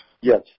Yes